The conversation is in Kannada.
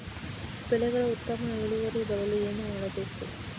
ಬೆಳೆಗಳ ಉತ್ತಮ ಇಳುವರಿ ಬರಲು ಏನು ಮಾಡಬೇಕು?